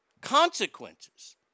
Consequences